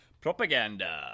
propaganda